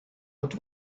mit